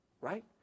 right